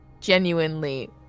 genuinely